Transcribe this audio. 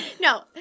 No